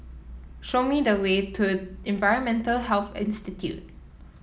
show me the way to Environmental Health Institute